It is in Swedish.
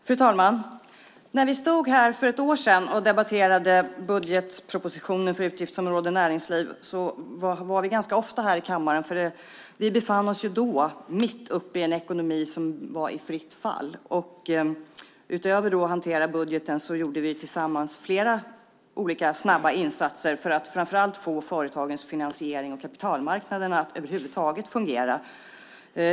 Fru talman! För ett år sedan när vi debatterade budgetpropositionen för utgiftsområdet Näringsliv var vi ganska ofta här i kammaren, för vi befann oss då mitt uppe i en ekonomi som var i fritt fall. Utöver att vi hanterade budgeten gjorde vi tillsammans flera snabba insatser för att framför allt få företagens finansiering och kapitalmarknaden att över huvud taget fungera.